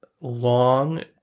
long